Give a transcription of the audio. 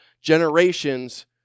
generations